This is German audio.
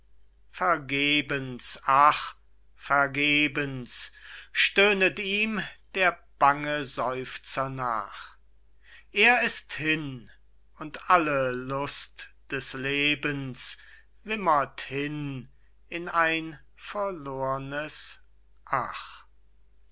vergebens ach vergebens stöhnet ihm der bange seufzer nach er ist hin und alle lust des lebens wimmert hin in ein verlornes ach